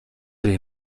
arī